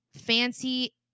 fancy